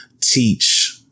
teach